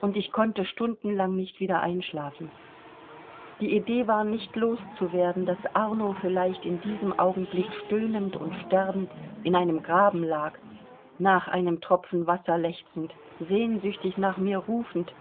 und ich konnte stundenlang nicht wieder einschlafen die idee war nicht loszuwerden daß arno in diesem augenblick vielleicht stöhnend und sterbend in einem graben lag nach einem tropfen wasser lechzend sehnsüchtig nach mir rufend